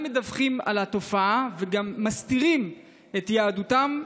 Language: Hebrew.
מדווחים על התופעה וגם מסתירים את יהדותם,